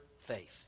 faith